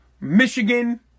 Michigan